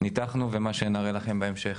שניתחנו, ומה שנראה לכם בהמשך.